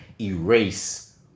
erase